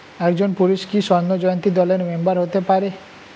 একজন পুরুষ কি স্বর্ণ জয়ন্তী দলের মেম্বার হতে পারে?